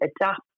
adapt